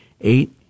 eight